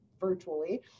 virtually